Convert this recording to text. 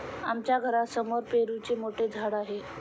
आमच्या घरासमोर पेरूचे मोठे झाड आहे